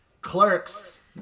clerks